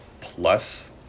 plus